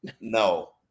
No